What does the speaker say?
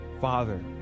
father